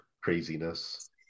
craziness